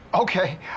Okay